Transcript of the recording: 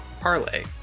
parlay